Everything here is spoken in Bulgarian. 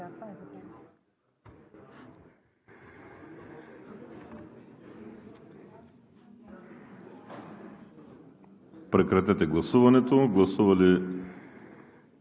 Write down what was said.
прекратете гласуването. Гласували